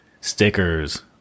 stickers